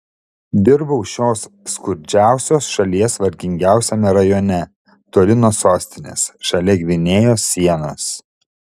dirbau šios skurdžiausios šalies vargingiausiame rajone toli nuo sostinės šalia gvinėjos sienos